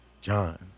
John